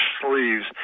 sleeves